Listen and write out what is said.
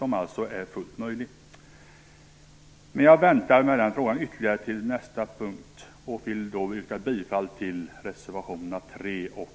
Men jag väntar med att utveckla denna fråga ytterligare till nästa punkt och yrkar bifall till reservationerna 3 och